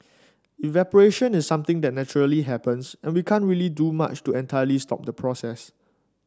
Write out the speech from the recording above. evaporation is something that naturally happens and we can't really do much to entirely stop the process